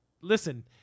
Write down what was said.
Listen